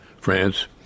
France